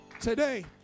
Today